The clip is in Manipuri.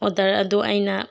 ꯑꯣꯔꯗꯔ ꯑꯗꯣ ꯑꯩꯅ